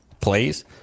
plays